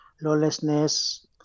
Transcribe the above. lawlessness